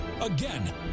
Again